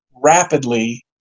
rapidly